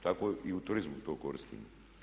Tako i u turizmu to koristimo.